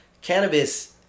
Cannabis